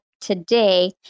today